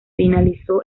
finalizó